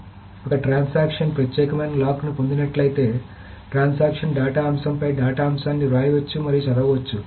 కాబట్టి ఒక ట్రాన్సక్షన్ ప్రత్యేకమైన లాక్ను పొందినట్లయితే ట్రాన్సక్షన్ డేటా అంశంపై డేటా అంశాన్ని వ్రాయవచ్చు మరియు చదవవచ్చు